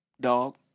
dog